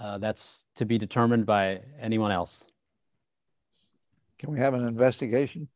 that's to be determined by anyone else can we have an investigation